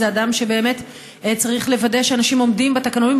זה אדם שבאמת צריך לוודא שאנשים עומדים בתקנונים,